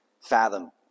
fathom